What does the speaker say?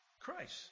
Christ